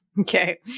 Okay